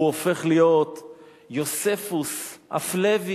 הוא הופך להיות יוספוס הפלבי,